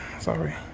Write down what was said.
sorry